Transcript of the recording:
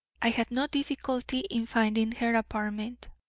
i had no difficulty in finding her apartment.